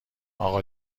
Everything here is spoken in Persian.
اقا